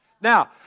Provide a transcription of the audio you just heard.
Now